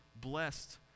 blessed